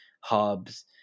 hubs